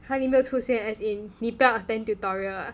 !huh! 你没有出现 as in 你不要 attend tutorial ah